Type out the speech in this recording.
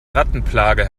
rattenplage